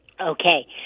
Okay